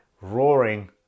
roaring